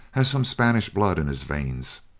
has some spanish blood in his veins.